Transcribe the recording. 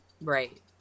Right